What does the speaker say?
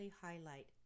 highlight